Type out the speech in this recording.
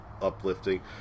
Uplifting